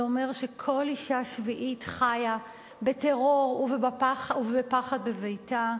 זה אומר שכל אשה שביעית חיה בטרור ובפחד בביתה.